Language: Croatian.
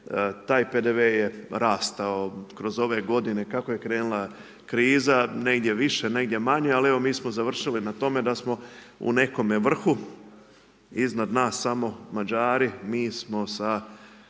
taj PDV je rastao kroz ove godine kako je krenula kriza, negdje više, negdje manje, ali evo mi smo završili na tome da smo u nekome vrhu, iznad nas samo Mađari, mi smo sa